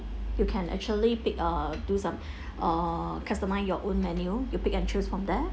you can actually pick err do some uh customise your own menu you pick and choose from there